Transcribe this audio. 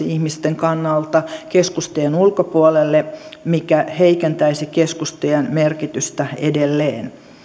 ihmisten kannalta hankalammin saavutettaviksi keskustojen ulkopuolelle mikä heikentäisi keskustojen merkitystä edelleen